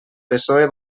psoe